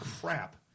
crap